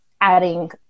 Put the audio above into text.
adding